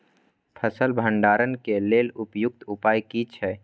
फसल भंडारण के लेल उपयुक्त उपाय कि छै?